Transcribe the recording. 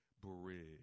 Bridge